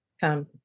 come